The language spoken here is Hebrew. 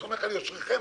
אני סומך על יושרכם,